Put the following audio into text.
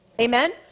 amen